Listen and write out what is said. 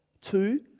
Two